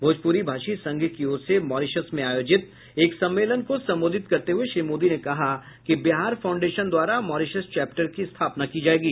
भोजपुरी भाषी संघ की ओर से मॉरीशस में आयोजित एक सम्मेलन को संबोधित करते हुए श्री मोदी ने कहा कि बिहार फाउंडेशन द्वारा मॉरीशस चैप्टर की स्थापना की जायेगी